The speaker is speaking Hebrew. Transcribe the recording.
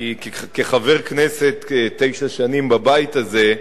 כי כחבר כנסת תשע שנים בבית הזה,